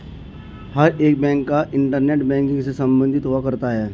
हर एक बैंक का internet banking से सम्बन्ध हुआ करता है